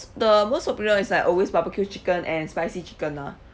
the most popular is like always barbecue chicken and spicy chicken lah